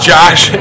Josh